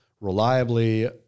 reliably